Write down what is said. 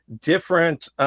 different